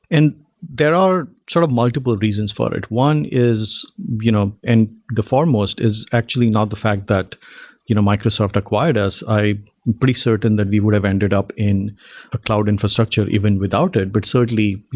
and there are sort of multiple reasons for it. one is you know and the foremost is actually not the fact that you know microsoft acquired us. i'm pretty certain that we would have ended up in a cloud infrastructure even without it. but certainly,